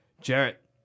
Jarrett